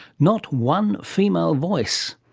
not one female voice.